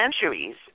centuries